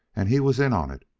and he was in on it.